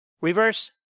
reverse